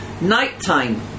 Nighttime